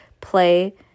play